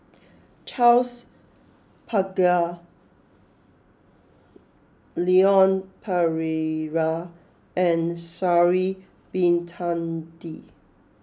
Charles Paglar Leon Perera and Sha'ari Bin Tadin